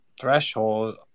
threshold